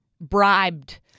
bribed